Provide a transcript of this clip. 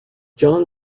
jon